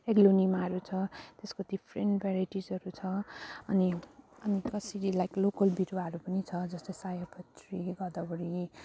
एग्लोनिमाहरू छ त्यसको डिफ्रेन्ट भेराइटिजहरू छ अनि अनि कसरी लाइक लोकल बिरुवाहरू पनि छ जस्तो सयपत्री गदावरी